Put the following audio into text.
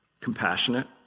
compassionate